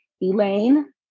Elaine